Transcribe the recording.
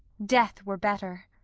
death were better.